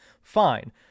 Fine